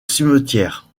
cimetière